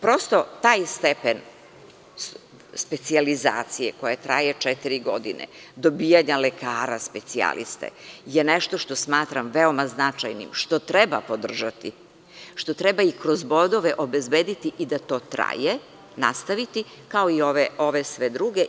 Prosto, taj stepen specijalizacije, koja traje četiri godine, dobijanje lekara specijaliste, jeste nešto što smatram veoma značajnim, što treba podržati, što treba i kroz bodove obezbediti i da to traje, nastaviti, kao i ove sve druge.